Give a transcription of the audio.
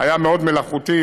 היה מאוד מלאכותי,